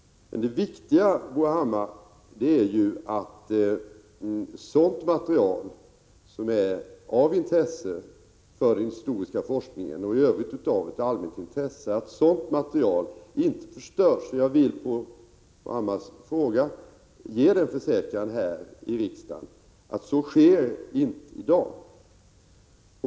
Men det viktiga, Bo Hammar, är att sådant material som är av intresse för den historiska forskningen och i övrigt av ett allmänt intresse inte förstörs. Jag vill på Bo Hammars fråga ge denna försäkran här i riksdagen, att så sker inte i dag.